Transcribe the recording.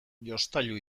jostailu